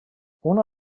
una